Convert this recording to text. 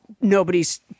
nobody's